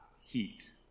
heat